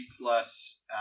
plus